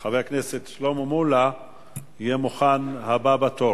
חבר הכנסת שלמה מולה יהיה מוכן, הוא הבא בתור.